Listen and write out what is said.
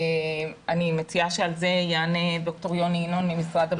אני מציעה שעל זה יענה דוקטור יוני ינון ממשרד הבריאות.